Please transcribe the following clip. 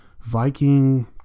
Viking